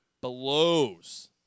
blows